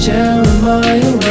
Jeremiah